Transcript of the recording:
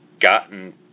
gotten